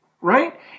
Right